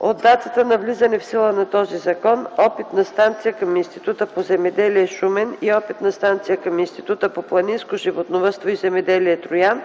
От датата на влизане в сила на този закон Опитна станция към Института по земеделие – Шумен, и Опитна станция към Института по планинско животновъдство и земеделие – Троян,